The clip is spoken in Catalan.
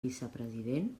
vicepresident